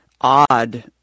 odd